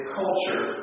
culture